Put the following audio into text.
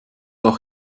auch